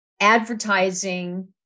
advertising